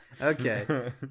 Okay